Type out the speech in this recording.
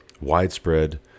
widespread